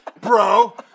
Bro